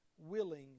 willing